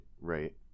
right